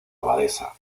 abadesa